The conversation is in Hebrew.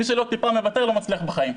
מי שלא מוותר טיפה לא מצליח בחיים.